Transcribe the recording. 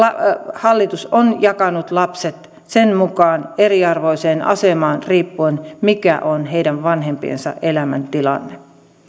hallitus on jakanut lapset eriarvoiseen asemaan sen mukaan mikä on heidän vanhempiensa elämäntilanne